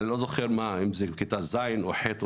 אני לא זוכר אם בכיתה ז׳ או ח׳,